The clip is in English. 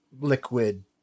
liquid